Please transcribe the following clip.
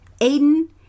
Aiden